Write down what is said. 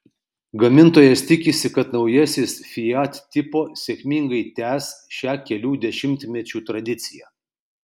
gamintojas tikisi kad naujasis fiat tipo sėkmingai tęs šią kelių dešimtmečių tradiciją